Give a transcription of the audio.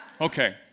Okay